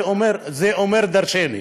אומר דרשני.